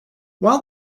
while